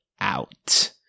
out